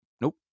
Nope